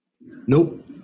Nope